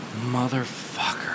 Motherfucker